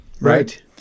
right